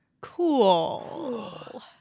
Cool